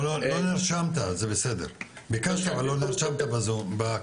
לא נרשמת, זה בסדר, ביקשת אבל לא נרשמת בקישור.